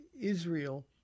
Israel